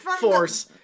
Force